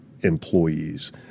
employees